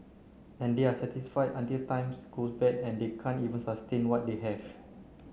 and they are satisfied until times goes bad and they can't even sustain what they have